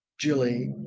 julie